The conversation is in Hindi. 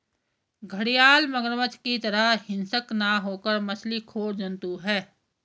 घड़ियाल मगरमच्छ की तरह हिंसक न होकर मछली खोर जंतु है